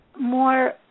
more